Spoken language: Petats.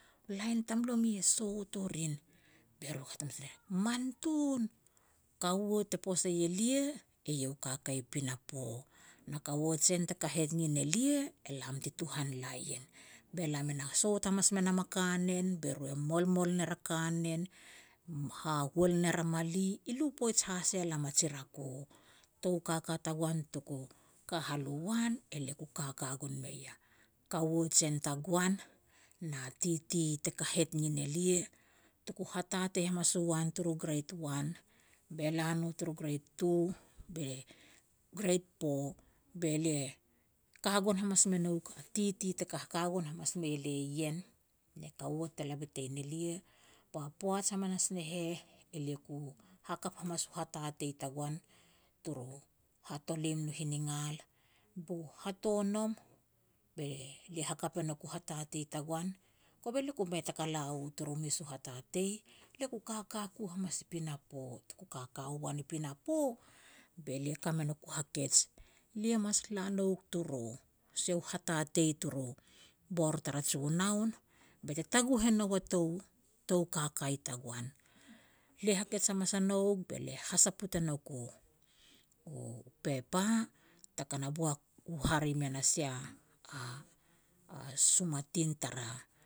"Lain tamlomi e sot o rin." Be ru hat hamas ner, "man tun." Kaua te posei elia eiau e kakei pinapo, na kaua jen te kahet nin elia, elam ti tuhan la ien. Be lam e na sot hamas me nam a kanen, be ru e molmol ner a kanen, hahol ner a mali, i lu poij has ya lam a ji rako. Tou kaka tagoan tuku kahal u wan, elia ku kaka gon mei a kaua jien tagoan, na titi te kahet nin elia, tuku hatatei hamas uan turu grade one, be la no turu grade two, be grade four be lia ka gon hamas me nouk a titi te kaka gon hamas me lia ien, ne kaua te la bitein elia. Ba poaj hamanas ne heh, elia ku hakap hamanas u hatatei tagoan turu hatolim nu hiningal, bu hatonom be lia hakap e nouk u hatatei tagoan, kove lia ku mei taka la u turu mes u hatatei, lia ku kaka ku hamas i pinapo. Tuku kaka u an i pinapo, be lia ka me nouk u hakej, lia mas la nouk turu sia u hatatei turu bor tara Junoun, be te taguh e nou a tou-tou kaka i tagoan. Lia hakej hamas a nouk, be lia hasaput e nouk u-u pepa taka na boak hare mean a sia a-a sumatin tara